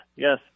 Yes